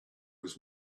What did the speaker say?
was